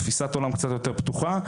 תפיסת עולם קצת יותר פתוחה,